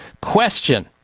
question